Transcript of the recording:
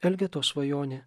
elgetos svajonė